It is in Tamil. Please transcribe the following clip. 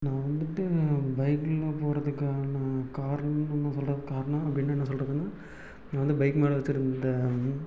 நான் வந்துவிட்டு பைக்கில் போகிறதுக்கான காரணம்னு என்ன சொல்கிற காரணம் அப்படினா என்ன சொல்கிறதுன்னா நான் வந்து பைக் மேலே வெச்சிருந்த